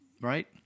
right